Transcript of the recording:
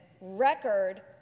record